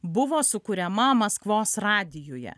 buvo sukuriama maskvos radijuje